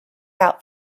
out